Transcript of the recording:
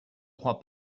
crois